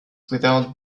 without